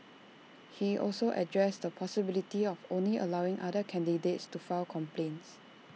he also addressed the possibility of only allowing other candidates to file complaints